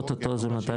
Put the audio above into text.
אוטוטו זה מתי?